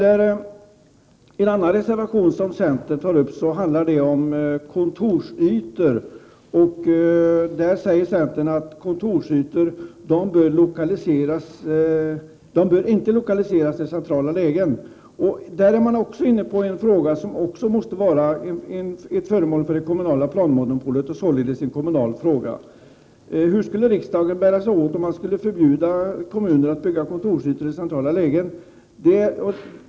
En annan reservation handlar om kontorsytor. Där säger centern att kontorsytor inte bör lokaliseras till centrala lägen. Också där är man inne på en fråga som måste vara föremål för det kommunala planmonopolet — således en kommunal fråga. Hur skulle riksdagen bära sig åt för att förbjuda kommuner att bygga kontor i centrala lägen?